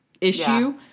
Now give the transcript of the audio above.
issue